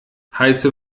heiße